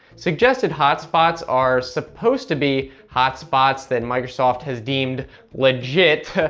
suggested hotspots are supposed to be hotspots that microsoft has deemed legit,